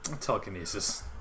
Telekinesis